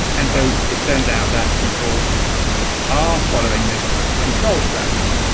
and so it turns out that people are following this control strategy,